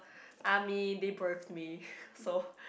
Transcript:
I mean they birth me so